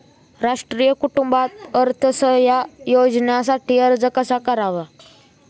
राष्ट्रीय कुटुंब अर्थसहाय्य योजनेसाठी अर्ज कसा करावा?